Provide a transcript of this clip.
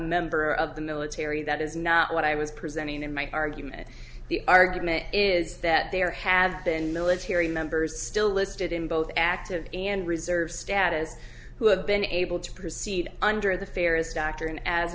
member of the military that is not what i was presenting in my argument the argument is that there have been military members still listed in both active and reserve status who have been able to proceed under the fairness doctrine as